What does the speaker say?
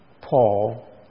Paul